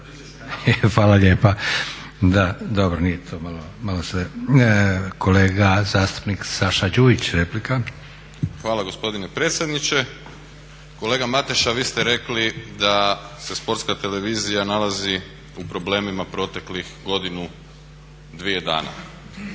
Hvala lijepa. Kolega zastupnik Saša Đujić, replika. **Đujić, Saša (SDP)** Hvala gospodine predsjedniče. Kolega Mateša vi ste rekli da se Sportska televizija nalazi u problemima proteklih godinu, dvije dana.